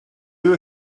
you